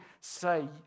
say